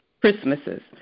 Christmases